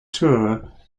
tour